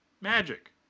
magic